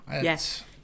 Yes